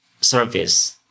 service